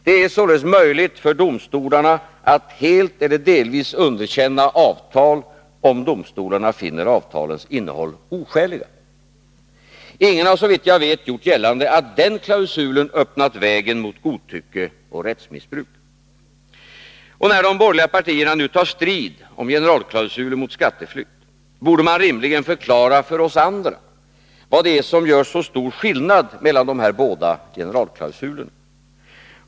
Det är således möjligt för domstolarna att helt eller delvis underkänna avtal om domstolarna finner avtalens innehåll oskäliga. Ingen har såvitt jag vet gjort gällande att denna klausul öppnat vägen mot godtycke och rättsmissbruk. När de borgerliga partierna nu tar strid om generalklausulen mot skatteflykt, borde man rimligen förklara för oss andra vad det är som gör så stor skillnad mellan dessa båda generalklausuler.